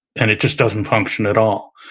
and it just doesn't function at all.